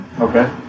Okay